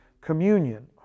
communion